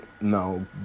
No